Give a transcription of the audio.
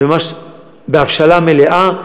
זה ממש בהבשלה מלאה.